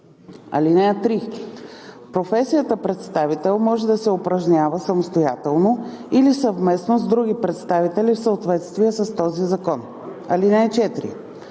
(3) Професията представител може да се упражнява самостоятелно или съвместно с други представители в съответствие с този закон. (4)